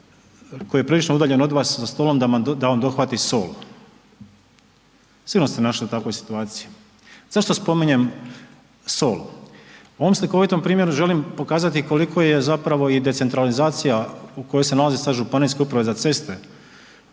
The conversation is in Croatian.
tko je prilično udaljen od vas za stolom, da vam dohvati sol, sigurno ste se našli u takvoj situaciji. Zašto spominjem sol? Na ovom slikovitom primjeru želim pokazati koliko je zapravo i decentralizacija u kojoj se nalaze sad Županijske uprave za ceste,